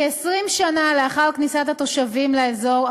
כ-20 שנה לאחר כניסת התושבים לאזור,